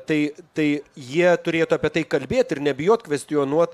tai tai jie turėtų apie tai kalbėt ir nebijot kvestionuot